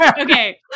Okay